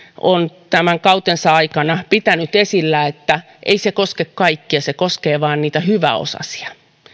on tämän kautensa aikana pitänyt esillä ei koske kaikkia vaan se koskee vain niitä hyväosaisia